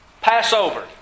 Passover